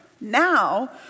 Now